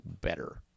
better